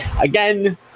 again